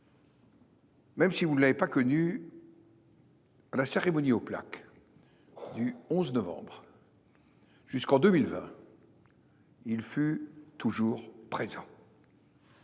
Même si vous ne l'avez pas connu. La cérémonie aux plaques. Du 11 novembre. Jusqu'en 2020. Il fut toujours présent.